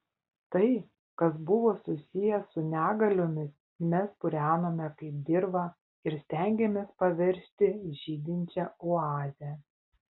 tai kas buvo susiję su negaliomis mes purenome kaip dirvą ir stengėmės paversti žydinčia oaze